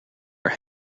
are